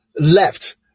left